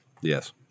Yes